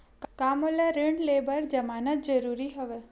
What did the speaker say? का मोला ऋण ले बर जमानत जरूरी हवय?